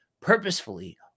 purposefully